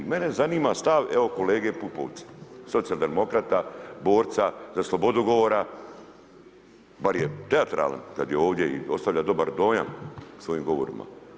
Mene zanima stav evo kolege Pupovca socijaldemokrata, borca za slobodu govora, bar je teatralan kada je ovdje i ostavlja dobar dojam svojim govorima.